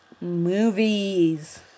movies